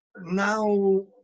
now